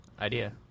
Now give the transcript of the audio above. Idea